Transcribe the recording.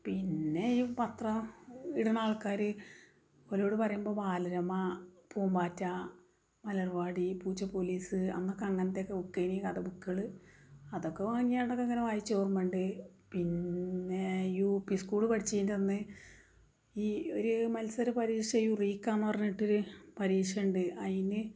പിന്നെ ഈ പത്രം ഇടുന്ന ആൾക്കാർ അവരോട് പറയുമ്പം ബാലരമ പൂമ്പാറ്റ മലർവാടി പൂച്ചപ്പോലീസ്സ് അന്നൊക്കെ അങ്ങനത്തെ ഒക്കെ ബുക്കേനി കഥ ബുക്കുകൾ അതൊക്കെ വാങ്ങിയാണ്ടൊക്കെ ഇങ്ങനെ വായിച്ച ഓർമ്മയുണ്ട് പിന്നെ യൂപ്പി സ്കൂള് പടിച്ചതിൻ്റെ അന്ന് ഈ ഒരു മത്സര പരീക്ഷ യൂറീക്ക എന്ന് പറഞ്ഞിട്ട് ഒരു പരിക്ഷയുണ്ട് അതിന്